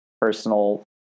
personal